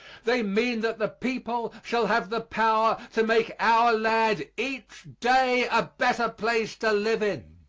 they mean that the people shall have the power to make our land each day a better place to live in.